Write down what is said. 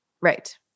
Right